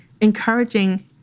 encouraging